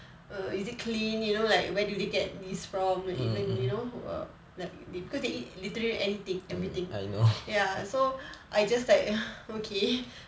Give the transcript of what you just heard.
err is it clean you know like where do they get this from is it even you know like because eat literally anything everything ya so I just like okay